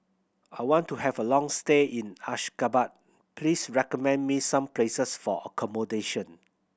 I want to have a long stay in Ashgabat Please recommend me some places for accommodation